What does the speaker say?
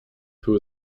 who